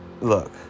look